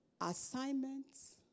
Assignments